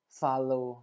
follow